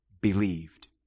believed